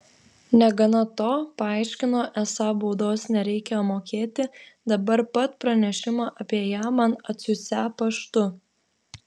negana to paaiškino esą baudos nereikią mokėti dabar pat pranešimą apie ją man atsiųsią paštu